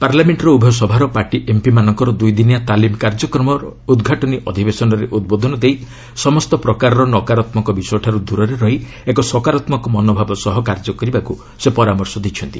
ପାର୍ଲାମେଣ୍ଟର ଉଭୟ ସଭାର ପାର୍ଟି ଏମ୍ପିମାନଙ୍କର ଦୁଇଦିନିଆ ତାଲିମ କାର୍ଯ୍ୟକ୍ରମର ଉଦ୍ଘାଟନୀ ଅଧିବେଶନରେ ଉଦ୍ବୋଧନ ଦେଇ ସମସ୍ତ ପ୍ରକାର ନକାରାତ୍ମକ ବିଷୟଠାରୁ ଦୂରରେ ରହି ଏକ ସକାରାତ୍ମକ ମନୋଭାବ ସହ କାର୍ଯ୍ୟ କରିବାକୁ ସେ ପରାମର୍ଶ ଦେଇଛନ୍ତି